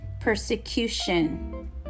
Persecution